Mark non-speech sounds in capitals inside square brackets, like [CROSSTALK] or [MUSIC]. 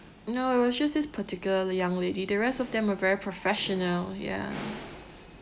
no it's just this particular young lady the rest of them are very professional ya [NOISE]